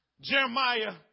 Jeremiah